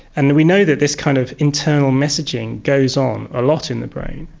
and we know that this kind of internal messaging goes on a lot in the brain,